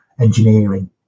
engineering